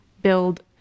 Build